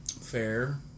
Fair